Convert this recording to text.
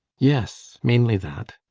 yes, mainly that.